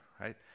right